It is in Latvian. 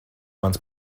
mans